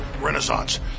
renaissance